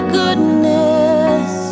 goodness